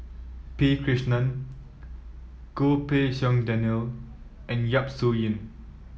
P Krishnan Goh Pei Siong Daniel and Yap Su Yin